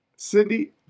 Cindy